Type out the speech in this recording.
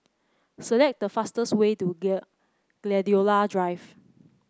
select the fastest way to Gladiola Drive